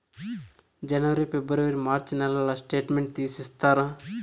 జనవరి, ఫిబ్రవరి, మార్చ్ నెలల స్టేట్మెంట్ తీసి ఇస్తారా?